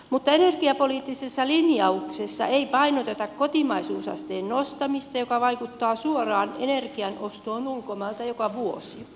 mutta energiapoliittisessa linjauksessa ei painoteta kotimaisuusasteen nostamista joka vaikuttaa suoraan energian ostoon ulkomailta joka vuosi